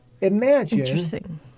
imagine